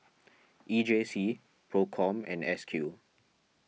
E J C Procom and S Q